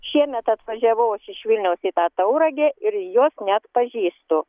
šiemet atvažiavau aš iš vilniaus į tą tauragę ir jos neatpažįstu